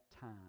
time